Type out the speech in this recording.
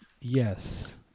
Yes